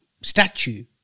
Statue